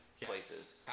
places